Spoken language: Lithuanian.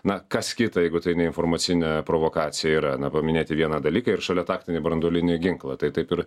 na kas kita jeigu tai ne informacinė provokacija yra na paminėti vieną dalyką ir šalia taktinį branduolinį ginklą tai taip ir